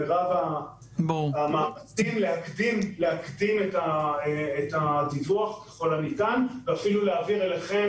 נעשה את מרב המאמצים להקדים את הדיווח ככל הניתן ואפילו להעביר אליכם,